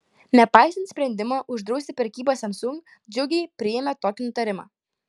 nepaisant sprendimo uždrausti prekybą samsung džiugiai priėmė tokį nutarimą